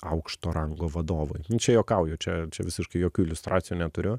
aukšto rango vadovui nu čia juokauju čia čia visiškai jokių iliustracijų neturiu